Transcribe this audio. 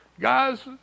Guys